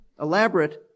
elaborate